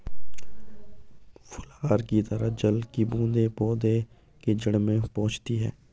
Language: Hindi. फुहार की तरह जल की बूंदें पौधे के जड़ में पहुंचती है